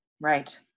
Right